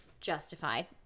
justified